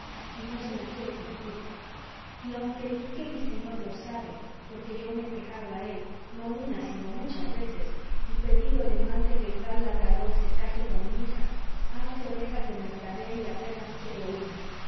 y no se la quiere cumplir y aunque el duque mi señor lo sabe porque yo me he quejado a él no una sino muchas veces y pedídole mande que el tal labrador se case con mi hija hace orejas de mercader y apenas quiere oírme